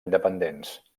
independents